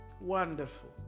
Wonderful